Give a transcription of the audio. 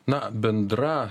na bendra